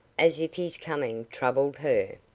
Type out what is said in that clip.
as if his coming troubled her.